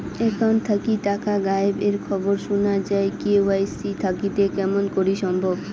Account থাকি টাকা গায়েব এর খবর সুনা যায় কে.ওয়াই.সি থাকিতে কেমন করি সম্ভব?